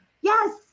yes